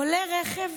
עולה רכב